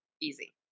easy